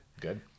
Good